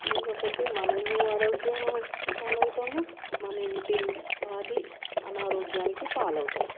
లేకపోతే మనము ఆరోగ్య పాలవుతాము మన ఇంటిల్లిపాది అనారోగ్యానికి పాలవుతారు